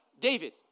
David